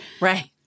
Right